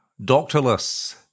doctorless